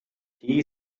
tea